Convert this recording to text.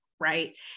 Right